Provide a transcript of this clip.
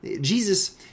Jesus